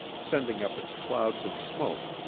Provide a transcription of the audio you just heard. sending up its clouds of smoke,